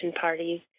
parties